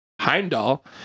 Heimdall